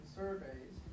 surveys